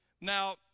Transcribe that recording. Now